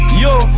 Yo